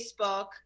Facebook